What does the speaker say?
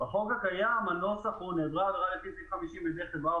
השופטים מתייחסים לזה בהתאם.